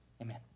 Amen